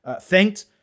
thanked